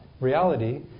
reality